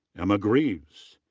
emma greves.